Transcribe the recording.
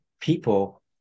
people